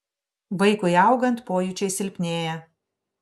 vaikui augant pojūčiai silpnėja